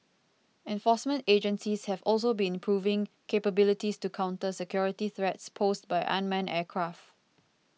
enforcement agencies have also been improving capabilities to counter security threats posed by unmanned aircraft